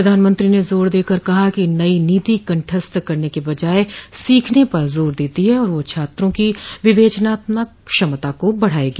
प्रधानमंत्री ने जोर देकर कहा कि नई नीति कंठस्थ करने के बजाए सीखने पर जोर दती है और वह छात्रों की विवेचनात्मक क्षमता को बढाएगी